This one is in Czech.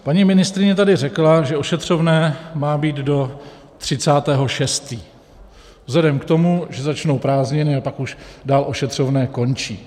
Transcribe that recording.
Paní ministryně tady řekla, že ošetřovné má být do 30. 6. vzhledem k tomu, že začnou prázdniny a pak už dál ošetřovné končí.